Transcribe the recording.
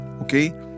Okay